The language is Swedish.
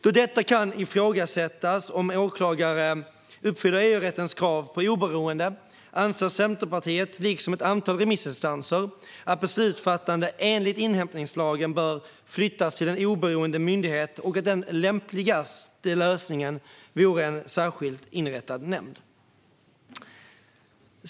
Då det kan ifrågasättas om åklagare uppfyller EU-rättens krav på oberoende anser Centerpartiet, liksom ett antal remissinstanser, att beslutsfattandet enligt inhämtningslagen bör flyttas till en oberoende myndighet och att den lämpligaste lösningen vore en särskild inrättad nämnd.